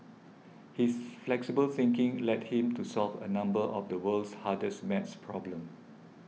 his flexible thinking led him to solve a number of the world's hardest maths problems